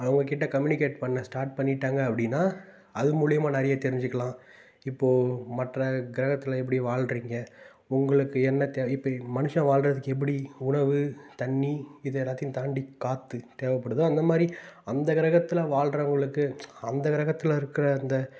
அவங்க கிட்டே கம்யுனிகேட் பண்ண ஸ்டார்ட் பண்ணிவிட்டாங்க அப்படின்னா அது மூலயமா நிறைய தெரிஞ்சுக்கலாம் இப்போது மற்ற கிரகத்தில் எப்படி வாழ்றிங்க உங்களுக்கு என்ன தேவை இப்போது மனுஷன் வாழ்றதுக்கு எப்படி உணவு தண்ணி இது எல்லாத்தையும் தாண்டி காற்று தேவைப்படுதோ அந்தமாதிரி அந்த கிரகத்தில் வாழ்றவங்களுக்கு அந்த கிரகத்தில் இருக்கிற அந்த